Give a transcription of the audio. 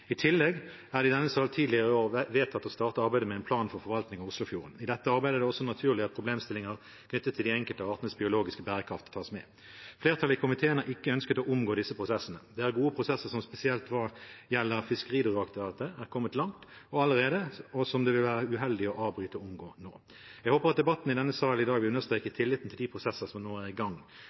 I tillegg er det i denne sal tidligere vedtatt å starte arbeidet med en plan for forvaltning av Oslofjorden. I dette arbeidet er det også naturlig at problemstillinger knyttet til de enkelte artenes biologiske bærekraft tas med. Flertallet i komiteen har ikke ønsket å omgå disse prosessene. Det er gode prosesser som spesielt når det gjelder Fiskeridirektoratet, er kommet langt allerede, og som det vil være uheldig å avbryte og omgå nå. Jeg håper at debatten i denne sal i dag understreker tilliten til de prosesser som nå er i gang.